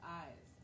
eyes